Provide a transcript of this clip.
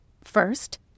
First